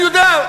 אני יודע,